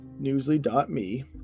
newsly.me